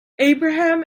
abraham